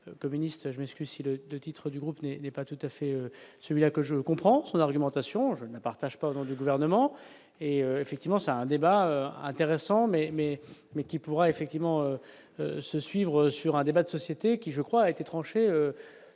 communiste, je me suicide, 2 titres du groupe n'est pas tout à fait celui-là que je comprends son argumentation je ne partage pas, au nom du gouvernement et, effectivement, c'est un débat intéressant mais mais mais qui pourra effectivement se suivre sur un débat de société qui je crois a été tranché,